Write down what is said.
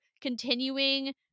continuing